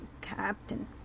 Captain